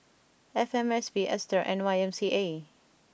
F M S P Aster and Y M C A